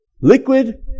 Liquid